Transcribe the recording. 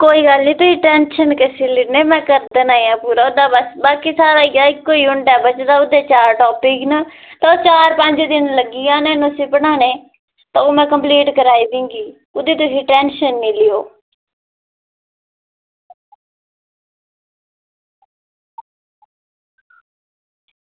कोई गल्ल निं टेंशन किस दी लैन्ने में करी दिन्ना पूरा बस सिलेब्स इक्को ई होंदा ओह्दे चार टॉपिक न ओह् चार पंज दिन लग्गी जाने न उसी बनाने ई ते ओह् में कम्पलीट कराई देगी ओह्दी तुस टेंशन निं लैओ